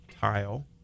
tile